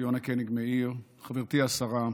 ציונה קניג-מאיר, חברתי השרה,